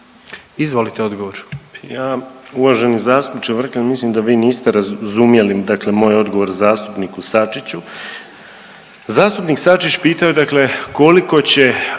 Marin (HDZ)** Uvaženi zastupniče Vrkljan, mislim da vi niste razumjeli dakle moj odgovor zastupniku Sačiću. Zastupnik Sačić pitao je dakle koliko će